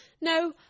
No